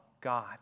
God